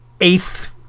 eighth